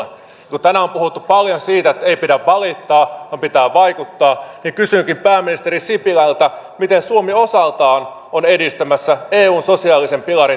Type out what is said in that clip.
kun tänään on puhuttu paljon siitä että ei pidä valittaa vaan pitää vaikuttaa niin kysynkin pääministeri sipilältä miten suomi osaltaan on edistämässä eun sosiaalisen pilarin toteutumista